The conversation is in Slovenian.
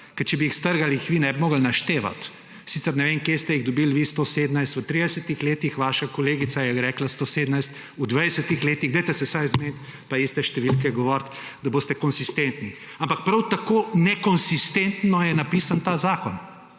ker če bi jih strgali, jih vi ne bi mogli naštevati. Sicer ne vem, kje ste jih dobili vi 117 v 30-ih letih, vaša kolegica je rekla 117 v 20-ih letih, dajte se vsaj zmeniti, pa iste številke govoriti, da boste konsistentni. Ampak prav tako nekonsistentno je napisan ta zakon.